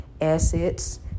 assets